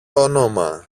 όνομα